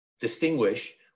distinguish